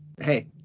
hey